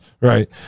right